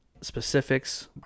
specifics